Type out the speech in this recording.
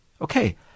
Okay